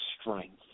strength